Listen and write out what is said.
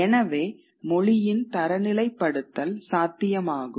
எனவே மொழியின் தரநிலைப்படுத்தல் சாத்தியமாகும்